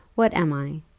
what am i?